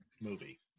movie